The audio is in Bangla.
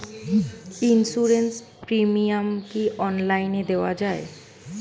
ইন্সুরেন্স প্রিমিয়াম কি অনলাইন দেওয়া যায়?